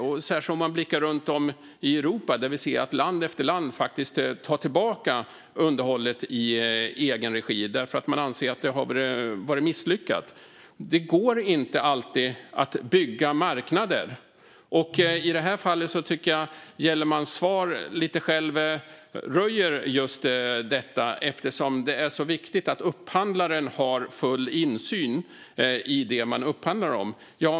Om vi blickar ut i Europa ser vi att land efter land faktiskt tar tillbaka underhållet i egen regi därför att man anser att det har varit misslyckat. Det går inte alltid att bygga marknader. I det här fallet tycker jag att Gellermans svar lite grann röjer just detta eftersom det är så viktigt att upphandlaren har full insyn i det som upphandlas.